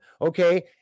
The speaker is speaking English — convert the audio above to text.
okay